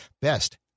best